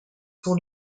pour